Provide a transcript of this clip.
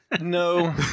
No